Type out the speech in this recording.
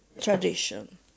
tradition